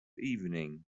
evening